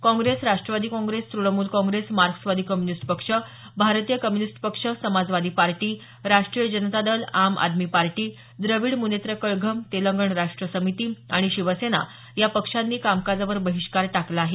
काँग्रेस राष्ट्रवादी काँग्रेस तुणमूल काँग्रेस मार्क्सवादी कम्युनिस्ट पक्ष भारतीय कम्युनिस्ट पक्ष समाजवादी पार्टी राष्ट्रीय जनता दल आम आदमी पार्टी द्रविड मुनेत्र कळघम तेलंगण राष्ट्र समिती आणि शिवसेना या पक्षांनी कामकाजावर बहिष्कार टाकला आहे